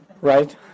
right